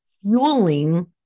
fueling